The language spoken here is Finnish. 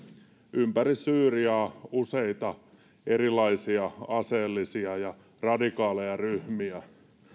ympäri syyriaa useita erilaisia aseellisia ja radikaaleja ryhmiä